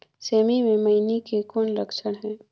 सेमी मे मईनी के कौन लक्षण हे?